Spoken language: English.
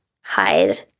hide